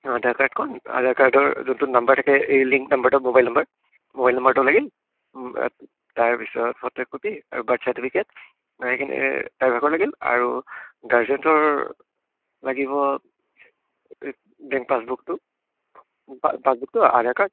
আধাৰ কাৰ্ডখন আধাৰ কাৰ্ডৰ যোনটো নাম্বাৰ থাকে এই লিংক নাম্বাৰটো মোবাইল নাম্বাৰ মোবাইল নাম্বাৰটো লাগিল তাৰপিছত ফটো এককপি আৰু বাৰ্থ চাৰ্টিফিকেট সেইখিনি তাৰ ভাগৰ লাগিল আৰু গাৰ্জেণ্টৰ লাগিব বেংক পাছবুকটো পাছবুকটো আধাৰ কাৰ্ড